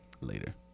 Later